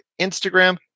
Instagram